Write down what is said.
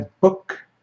book